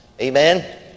Amen